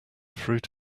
fruit